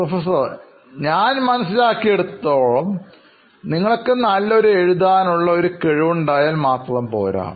professor ഞാൻ മനസ്സിലാക്കിയിടത്തോളം നിങ്ങൾക്ക് നല്ലൊരു എഴുതാനുള്ള ഒരു കഴിവ് ഉണ്ടായാൽ മാത്രം പോരാ